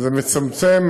זה מצמצם